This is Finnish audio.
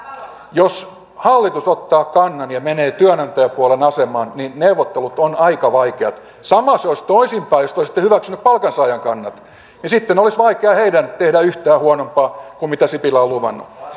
jos hallitus ottaa kannan ja menee työnantajapuolen asemaan niin neuvottelut ovat aika vaikeat sama se olisi toisinpäin jos te olisitte hyväksyneet palkansaajan kannat niin sitten olisi vaikeaa heidän tehdä yhtään huonompaa kuin mitä sipilä on luvannut